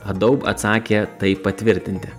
adobe atsakė tai patvirtinti